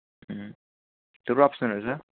उम् थुप्रो अप्सनहरू छ